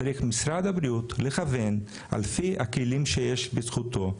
צריך משרד הבריאות לכוון את אלפי הכלים שיש בזכותו,